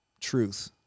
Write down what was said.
truth